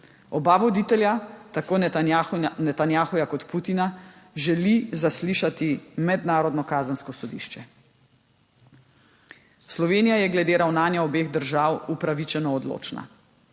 Oba voditelja, tako Netanjahuja kot Putina, želi zaslišati Mednarodno Kazensko sodišče. Slovenija je glede ravnanja obeh držav upravičeno odločna: